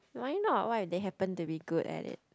why not what if they happen to be good at it